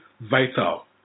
vital